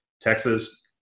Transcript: Texas